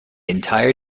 entire